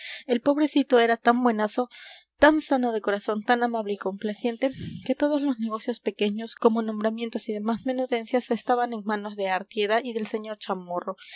el pobrecito era tan buenazo tan sano de corazón tan amable y complaciente que todos los negocios pequeños como nombramientos y demás menudencias estaban en manos de artieda y del sr chamorro